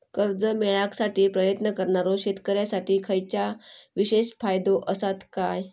कर्जा मेळाकसाठी प्रयत्न करणारो शेतकऱ्यांसाठी खयच्या विशेष फायदो असात काय?